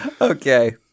Okay